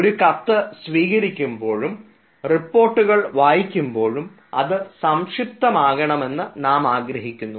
ഒരു കത്ത് സ്വീകരിക്കുമ്പോഴും റിപ്പോർട്ടുകൾ വായിക്കുമ്പോഴും അത് സംക്ഷിപ്തമാകണമെന്ന് നാമാഗ്രഹിക്കുന്നു